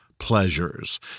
pleasures